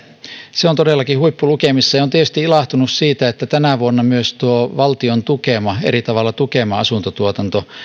se on todellakin huippulukemissa ja olen tietysti ilahtunut siitä että tänä vuonna myös valtion tukemassa eri tavoilla tukemassa asuntotuotannossa